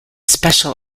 special